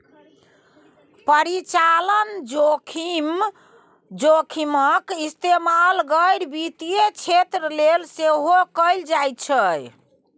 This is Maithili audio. परिचालन जोखिमक इस्तेमाल गैर वित्तीय क्षेत्र लेल सेहो कैल जाइत छै